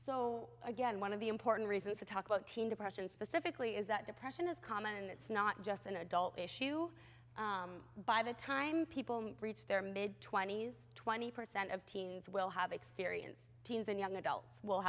so again one of the important reasons to talk about teen depression specifically is that depression is common it's not just an adult issue by the time people reach their mid twenty's twenty percent of teens will have experienced teens and young adults will